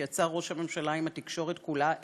שיצר ראש הממשלה עם התקשורת כולה,